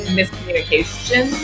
miscommunication